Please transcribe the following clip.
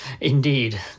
Indeed